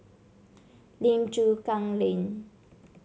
Lim Chu Kang Lane